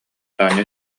таня